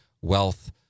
Wealth